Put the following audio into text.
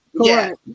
Yes